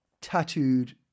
tattooed